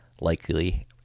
likely